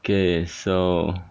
k so